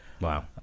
Wow